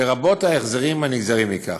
לרבות החזרים הנגזרים מכך.